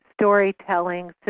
storytelling